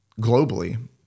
globally